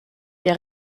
der